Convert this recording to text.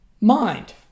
mind